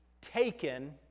taken